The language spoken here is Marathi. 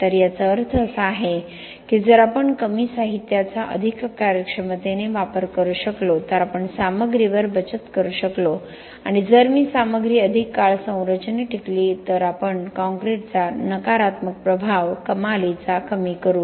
तर याचा अर्थ असा आहे की जर आपण कमी साहित्याचा अधिक कार्यक्षमतेने वापर करू शकलो तर आपण सामग्रीवर बचत करू शकलो आणि जर मी सामग्री अधिक काळ संरचनेत टिकली तर आपण कॉंक्रिटचा नकारात्मक प्रभाव कमालीचा कमी करू